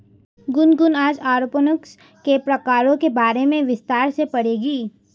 गुनगुन आज एरोपोनिक्स के प्रकारों के बारे में विस्तार से पढ़ेगी